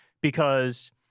because-